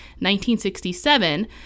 1967